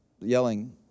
yelling